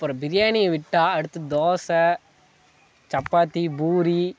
அப்புறம் பிரியாணி விட்டால் அடுத்தது தோசை சப்பாத்தி பூரி